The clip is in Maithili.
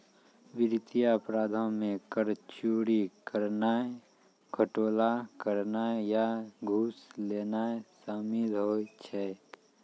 वित्तीय अपराधो मे कर चोरी करनाय, घोटाला करनाय या घूस लेनाय शामिल होय छै